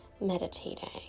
meditating